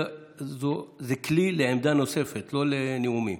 זה כלי לעמדה נוספת, לא לנאומים.